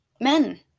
Men